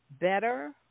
better